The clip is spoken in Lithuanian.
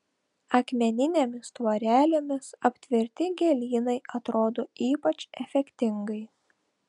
akmeninėmis tvorelėmis aptverti gėlynai atrodo ypač efektingai